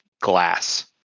glass